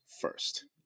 first